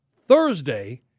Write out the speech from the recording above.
Thursday